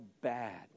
bad